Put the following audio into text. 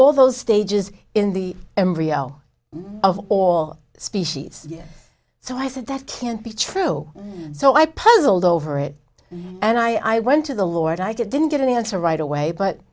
all those stages in the embryo of all species so i said that can't be true so i puzzled over it and i went to the lord i didn't get an answer right away but